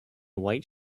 white